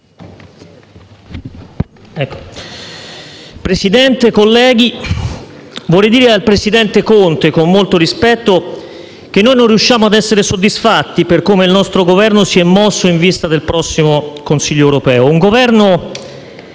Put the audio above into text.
Presidente, colleghi, vorrei dire al presidente Conte, con molto rispetto, che non riusciamo ad essere soddisfatti per come il nostro Governo si è mosso in vista del prossimo Consiglio europeo. Un Governo